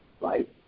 right